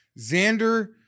Xander